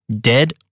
dead